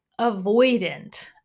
avoidant